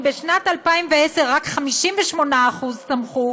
אם בשנת 2010 רק 58% תמכו,